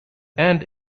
end